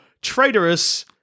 traitorous